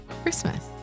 christmas